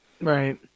Right